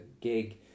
gig